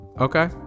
Okay